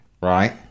right